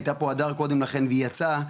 הייתה פה הדר קודם לכן והיא יצאה,